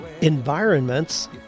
environments